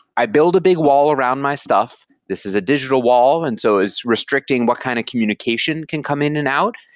i build a big wall around my stuff. this is a digital wall, and so it's restricting what kind of communication can come in and out,